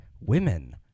women